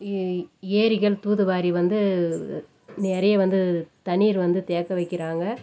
ஏரிகள் தூர் வாரி வந்து நிறைய வந்து தண்ணீர் வந்து தேக்கி வைக்கிறாங்க